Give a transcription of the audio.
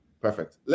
Perfect